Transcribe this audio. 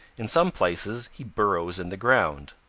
in some places he burrows in the ground.